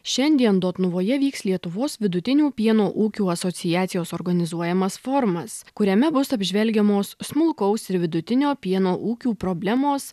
šiandien dotnuvoje vyks lietuvos vidutinių pieno ūkių asociacijos organizuojamas forumas kuriame bus apžvelgiamos smulkaus ir vidutinio pieno ūkių problemos